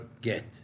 get